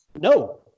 no